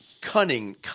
cunning